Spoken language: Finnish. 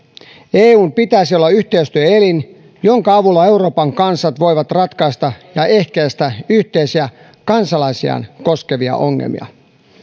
eun pitäisi olla yhteistyöelin jonka avulla euroopan kansat voivat ratkaista ja ehkäistä yhteisiä kansalaisiaan koskevia ongelmia